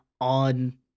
on